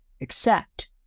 Accept